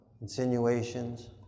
insinuations